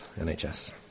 NHS